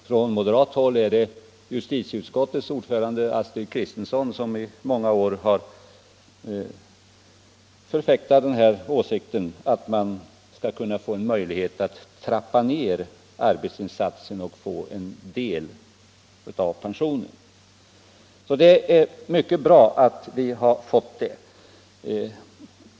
Från moderat håll är det justitieutskottets ordförande Astrid Kristensson som i många år förfäktat åsikten att man skall kunna få en möjlighet att trappa ner arbetsinsatsen och få en del av pensionen. Det är mycket bra att vi nu får det.